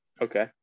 Okay